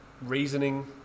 reasoning